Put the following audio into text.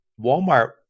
Walmart